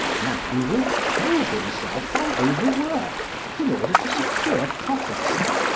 man will kill himself by overwork in order to secure property,